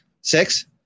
Six